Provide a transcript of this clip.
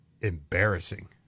embarrassing